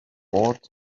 bought